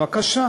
בבקשה,